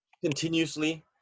continuously